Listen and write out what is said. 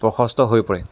প্ৰশস্ত হৈ পৰে